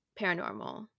paranormal